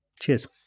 Cheers